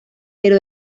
pero